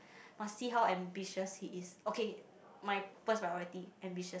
must see how ambitious he is okay my first priority ambitious